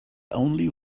only